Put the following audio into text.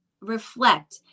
reflect